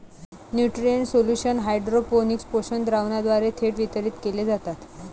nutrient solution hydroponics पोषक द्रावणाद्वारे थेट वितरित केले जातात